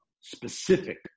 specific